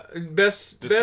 best